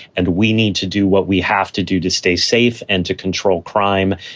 and we need to do what we have to do to stay safe and to control crime.